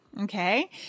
Okay